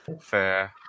Fair